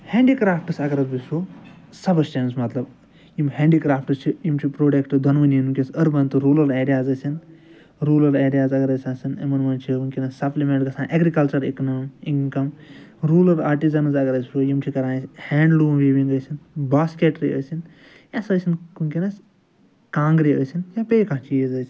ہینٛڈی crafts اَگر أسۍ وچھُو سَبَسٹیٚنٕس مطلب یِم ہینٛڈی کرٛافٹٕس چھِ یِم چھِ پرڈوکٹہٕ دۄنؤنیَن وُنٛکٮ۪س أربَن تہٕ روٗلَر ایرِیاز ٲسِن روٗلَر ایرِیاز اَگر اسہِ آسَن اِمَن منٛز چھِ وُنٛکیٚس سَپلِمیٚنٛٹ گژھان agriculture income income rural artisans اَگر أسۍ وُچھُو یِم چھِ کران اسہِ ہینٛڈلوٗم ویوِنٛگ ٲسِن باسکیٚٹری ٲسِن یا سُہ ٲسِن وُنٛکیٚس کانٛگرِ ٲسن یا بیٚیہِ کانٛہہ چیٖز ٲسِن